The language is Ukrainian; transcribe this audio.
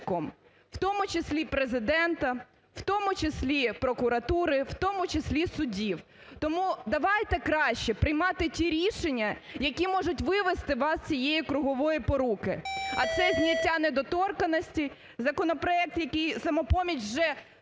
у тому числі Президента, в тому числі прокуратури, в тому числі судів. Тому давайте краще приймати ті рішення, які зможуть вивести вас з цієї кругової поруки. А це – зняття недоторканності, законопроект, який… "Самопоміч" вже